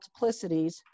multiplicities